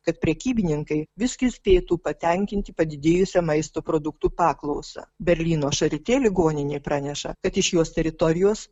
kad prekybininkai visgi spėtų patenkinti padidėjusią maisto produktų paklausą berlyno šarite ligoninė praneša kad iš jos teritorijos